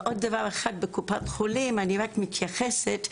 בקופות החולים אני אנונימית.